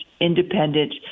independent